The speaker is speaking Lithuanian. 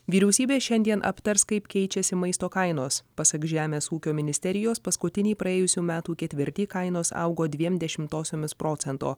vyriausybė šiandien aptars kaip keičiasi maisto kainos pasak žemės ūkio ministerijos paskutinį praėjusių metų ketvirtį kainos augo dviem dešimtosiomis procento